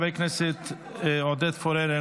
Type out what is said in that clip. חבר הכנסת עודד פורר,